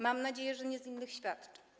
Mam nadzieję, że nie z innych świadczeń.